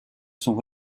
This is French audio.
sont